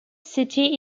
city